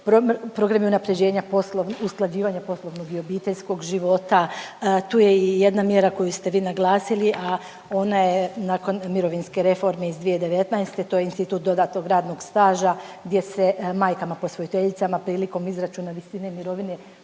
programi unapređenja usklađivanja poslovnog i obiteljskog života, tu je i jedna mjera koju ste vi naglasili, a ona je nakon mirovinske reforme iz 2019., to je institut dodatnog radnog staža gdje se majkama posvojiteljicama prilikom izračuna visine mirovine